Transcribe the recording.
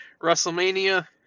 WrestleMania